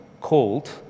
called